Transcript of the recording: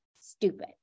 stupid